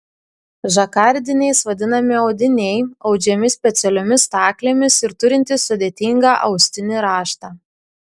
žakardiniais vadinami audiniai audžiami specialiomis staklėmis ir turintys sudėtingą austinį raštą